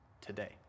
today